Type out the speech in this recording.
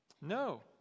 No